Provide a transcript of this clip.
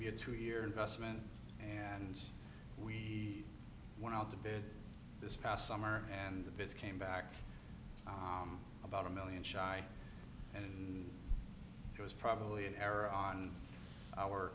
to be a two year vestment and we went out to bid this past summer and the visit came back about a million shy and it was probably an error on our